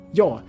ja